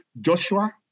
Joshua